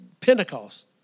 Pentecost